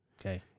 Okay